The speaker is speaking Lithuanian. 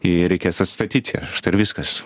ir reikės atstatyt ją štai ir viskas